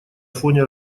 фоне